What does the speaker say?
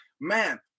man